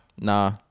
nah